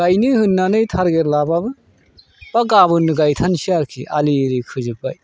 गायनो होननानै टारगेट लाब्लाबो एबा गाबोननो गायथारन्सै आरोखि आलि एरि खोजोबबाय